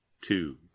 two